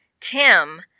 Tim